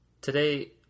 Today